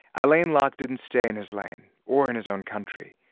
ah alain locke didn't stay in his lane or in his own country.